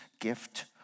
gift